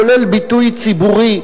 כולל ביטוי ציבורי,